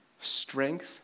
strength